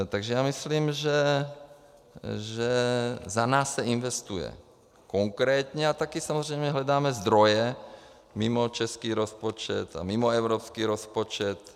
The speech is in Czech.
Takže já myslím, že za nás se investuje konkrétně, a také samozřejmě hledáme zdroje mimo český rozpočet a mimo evropský rozpočet.